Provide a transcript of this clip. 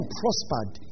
prospered